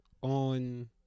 on